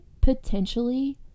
potentially